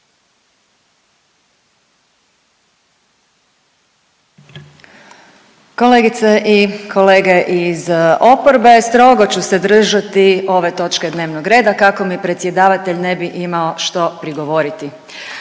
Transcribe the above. Kolegice i kolege iz oporbe, strogo ću se držati ove točke dnevnog reda kako mi predsjedavatelj ne bi imao što prigovoriti,